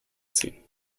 ziehen